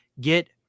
get